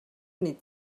nit